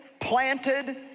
planted